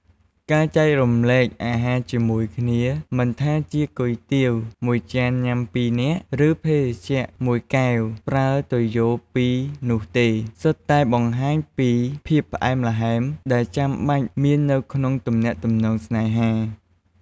ការចែករំលែកអាហារជាមួយគ្នា មិនថាជាគុយទាវមួយចានញ៉ាំពីរនាក់ ឬភេសជ្ជៈមួយកែវប្រើទុយោពីរនោះទេ សុទ្ធតែបង្ហាញពីភាពផ្អែមល្ហែមដែលចាំបាច់មាននៅក្នុងទំនាក់ទំនងស្នេហា។